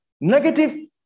negative